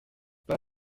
pas